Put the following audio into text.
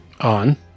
On